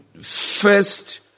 first